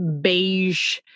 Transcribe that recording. beige